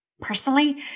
Personally